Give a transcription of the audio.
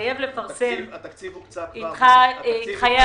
התחייב לפרסם --- התקציב הוקצה כבר באפריל.